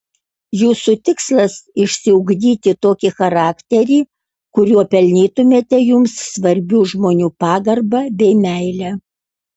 jūsų tikslas išsiugdyti tokį charakterį kuriuo pelnytumėte jums svarbių žmonių pagarbą bei meilę